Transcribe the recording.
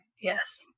Yes